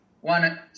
one